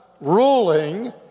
ruling